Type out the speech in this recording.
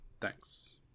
Thanks